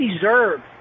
deserve